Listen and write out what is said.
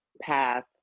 path